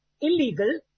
illegal